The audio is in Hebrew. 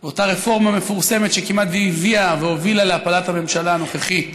אותה רפורמה מפורסמת שכמעט הביאה והובילה להפלת הממשלה הנוכחית,